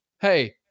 Hey